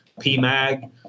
PMag